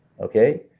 okay